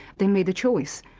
they made a choice.